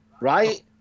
right